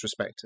disrespected